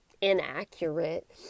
inaccurate